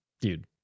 Dude